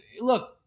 look